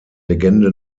legende